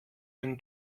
den